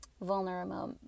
vulnerable